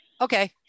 Okay